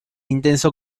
intenso